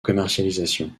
commercialisation